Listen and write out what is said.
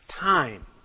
time